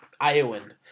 Iowan